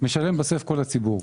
משלם בסוף כל הציבור.